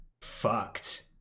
fucked